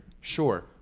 Sure